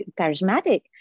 charismatic